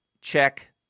Check